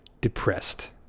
depressed